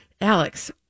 Alex